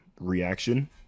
reaction